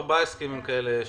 אישרת כבר ארבעה הסכמים כאלה.